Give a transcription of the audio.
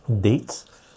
dates